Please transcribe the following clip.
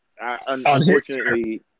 unfortunately